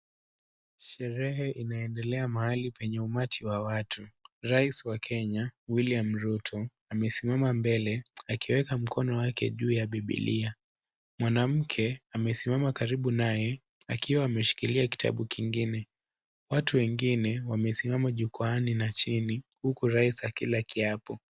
Sherehe inaendelea mahali penye umati wa watu. Rais wa Kenya, William Ruto. Amesimama mbele akiweka mkono wake juu ya biblia. Mwanamke amesimama karibu naye akiwa ameshikilia kitabu kiingine. Watu wengine wamesimama jukwaani, na chini huku Rais akila kiapo.